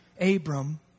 Abram